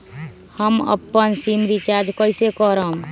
हम अपन SIM recharge कइसे करम?